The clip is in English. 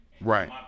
Right